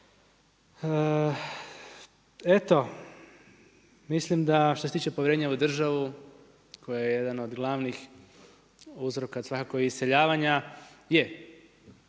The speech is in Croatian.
Eto mislim da što se tiče povjerenja u državu koja je jedna od glavnih uzroka svakako iseljavanja je,